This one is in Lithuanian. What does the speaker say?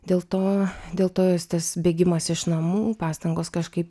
dėl to dėl to jos tas bėgimas iš namų pastangos kažkaip